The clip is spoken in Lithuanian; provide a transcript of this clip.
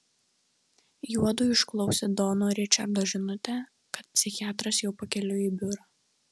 juodu išklausė dono ričardo žinutę kad psichiatras jau pakeliui į biurą